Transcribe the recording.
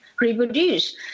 reproduce